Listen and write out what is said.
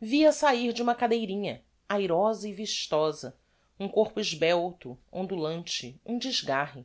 vi-a sahir de uma cadeirinha airosa e vistosa um corpo esbelto ondulante um desgarre